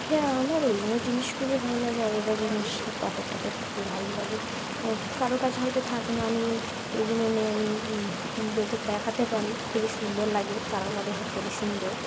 হ্যাঁ আমার ওগুলো জিনিস খুবই ভালো লাগে আগেকার জিনিস পাথর টাথর খুবই ভালো লাগে কারো কাছে হয়তো থাকে না আমি এগুলো নিয়ে আমি লোকে দেখাতে পারি খুবই সুন্দর লাগে তারা মানে হেভি সুন্দর